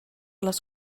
les